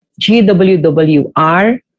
GWWR